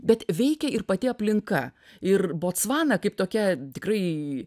bet veikia ir pati aplinka ir botsvana kaip tokia tikrai